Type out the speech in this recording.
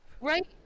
right